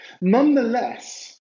Nonetheless